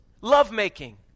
lovemaking